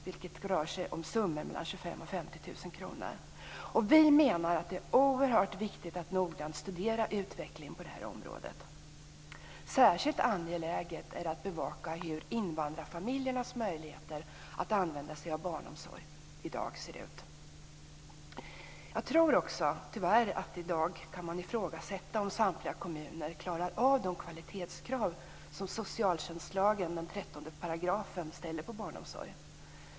Det rör sig om summor på 25 000 50 000 kr. Vi menar att det är oerhört viktigt att noggrant studera utvecklingen på detta område. Särskilt angeläget är att bevaka hur invandrarfamiljernas möjligheter att använda sig av barnomsorg ser ut i dag. Jag tror tyvärr också att man i dag kan ifrågasätta om samtliga kommuner klarar av de kvalitetskrav som 13 § socialtjänstlagen ställer på barnomsorgen.